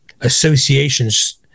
associations